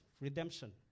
redemption